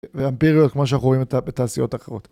ואמפיריות כמו שאנחנו רואים בתעשיות אחרות.